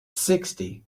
sixty